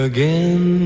Again